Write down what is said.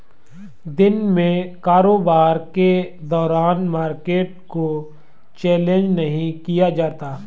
दिन में कारोबार के दौरान मार्केट को चैलेंज नहीं किया जाता